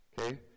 Okay